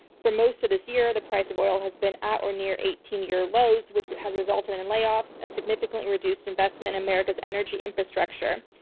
for most of this year, the price of oil has been at or near eighteen year lows which has resulted in and layoffs and significantly reduced investment in america's energy infrastructure.